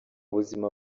buzima